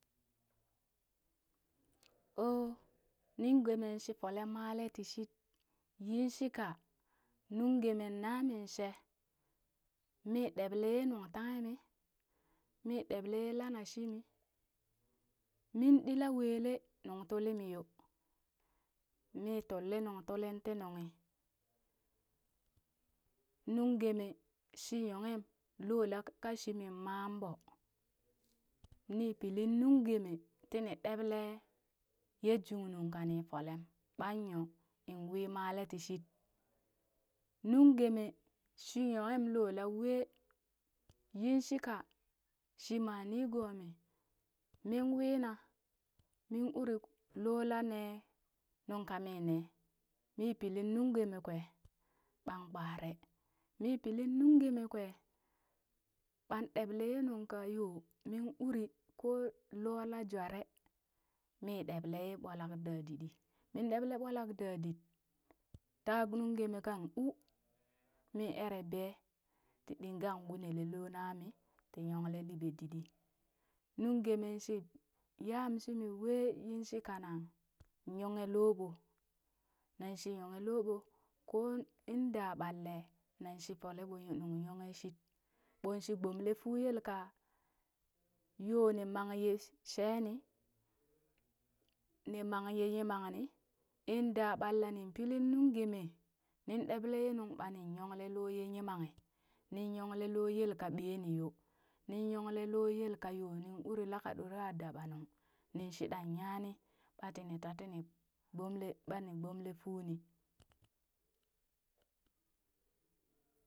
ooo nungeme shi folee malee ti shit yin shika, nungemeng namin she mii ɗeɓle ye nuŋ taghe mii, mii ɗeɓlee ye lan shimi, min di lawele nuŋ tuli mi yo, mi tulli nuŋ tuli ti nunghi. Nungeme shi nyonghem loo laka shii min maa ɓoo, ni pili nungeme tini ɗeɓle jungnung kani folem, ɓan yo in wi malee ti shit. Nungeme shi nyoghenm loo la wee yinshika, shi ma nigoo mi min wina min uri loo laa nee nuŋ ka mii nee, mi pilin nungeme kwee ɓan kpare. Mii pilin nungeme kwee ɓan ɗeɓle ye nunka yo min uri ko loo la jware, mii ɗeɓle yee ɓolak da diɗii min ɗeɓle ɓolak da di taa nungeme kan uu, mi eree bee tii ɗingan wunele loo nami tii nyongkle liɓe diɗii, nungeme shi yam shii wee yin shi kanan nyonghe loɓo, nan shi nyonghe loɓo, kong in da ɓalle nan shi fole ɓo nuŋ nyonghe shit, ɓong shi gbomle fuu lee yelka, yo ni mang ye she- sheni, ni mangye yimangni in da ɓalla nin pilin nungeme nin ɗeɓle ye nuŋ ɓanin yongle loo ye yimanghni, nin nyongle yelka ɓeni yoo, nin nyongle loo yelka yoo nin uri laka ɗore ka dabanung nin shi ɗan nyaa ni ɓatini tatini, gbomle ɓani gbomle fuu ni.